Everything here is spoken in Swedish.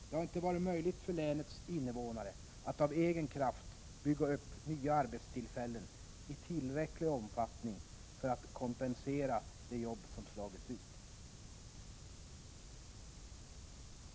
Det har inte varit möjligt för länets invånare att av egen kraft bygga upp nya arbetstillfällen i tillräcklig omfattning för att kompensera de jobb som slagits ut.